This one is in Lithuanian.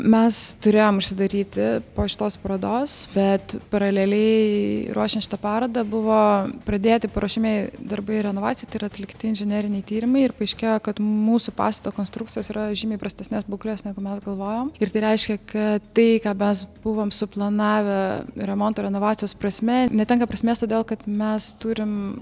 mes turėjom užsidaryti po šitos parodos bet paraleliai ruošė šitą parodą buvo pradėti paruošiamieji darbai renovacijai ir atlikti inžineriniai tyrimai ir paaiškėjo kad mūsų pastato konstrukcijos yra žymiai prastesnės būklės negu mes galvojom ir tai reiškia kad tai ką mes buvom suplanavę remonto renovacijos prasme netenka prasmės todėl kad mes turim